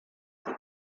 qual